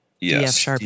yes